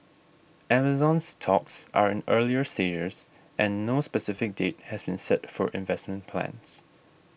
Amazon's talks are in earlier stages and no specific date has been set for investment plans